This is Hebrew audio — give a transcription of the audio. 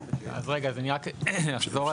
אז רגע, אז אני רק אחזור על העקרונות.